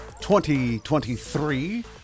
2023